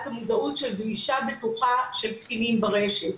המודעות של גלישה בטוחה של קטינים ברשת.